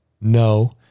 No